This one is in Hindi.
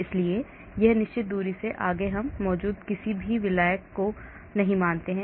इसलिए एक निश्चित दूरी से आगे हम मौजूद किसी भी विलायक को नहीं मानते हैं